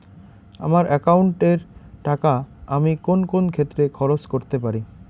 আমার একাউন্ট এর টাকা আমি কোন কোন ক্ষেত্রে খরচ করতে পারি?